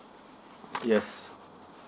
yes